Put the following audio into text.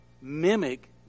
mimic